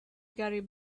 gary